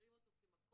מכירים אותו כמקום